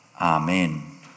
Amen